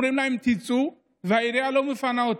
אומרים להם "תצאו" והעירייה לא מפנה אותם?